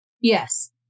Yes